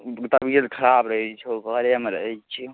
तबियत खराब रहै छौ घरेमे रहै छिऔ